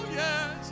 yes